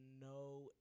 no